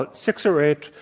but six or eight,